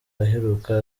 aheruka